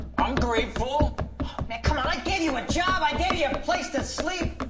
i'm grateful. man come on, i gave you a job, i gave you a place to sleep.